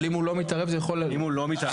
אבל אם הוא לא מתערב --- אם הוא לא מתערב,